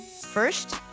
First